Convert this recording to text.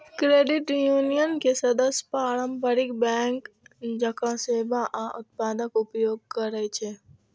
credit union के सदस्य पारंपरिक बैंक जकां सेवा आ उत्पादक उपयोग करै छै